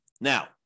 Now